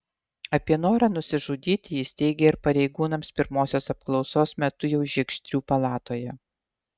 apie norą nusižudyti jis teigė ir pareigūnams pirmosios apklausos metu jau žiegždrių palatoje